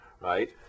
right